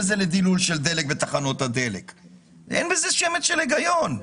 לדילול דלק צריכות גם להיכלל בפטור.